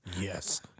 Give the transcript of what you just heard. Yes